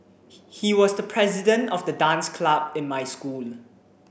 he was the president of the dance club in my school